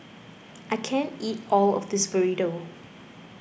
I can't eat all of this Burrito